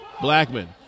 Blackman